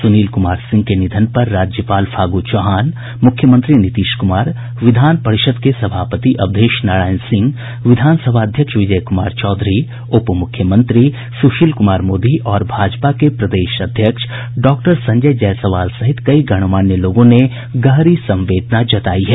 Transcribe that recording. सुनील कुमार सिंह के निधन पर राज्यपाल फागू चौहान मुख्यमंत्री नीतीश कुमार विधान परिषद के सभापति अवधेश नारायण सिंह विधानसभा अध्यक्ष विजय कुमार चौधरी उप मुख्यमंत्री सुशील कुमार मोदी और भाजपा के प्रदेश अध्यक्ष डॉक्टर संजय जायसवाल सहित कई गणमान्य लोगों ने गहरी संवेदना जतायी है